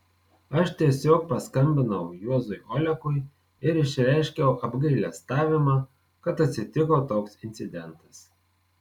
aš tiesiog paskambinau juozui olekui ir išreiškiau apgailestavimą kad atsitiko toks incidentas